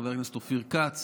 חבר הכנסת אופיר כץ,